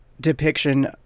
depiction